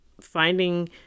finding